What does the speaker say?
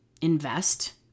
invest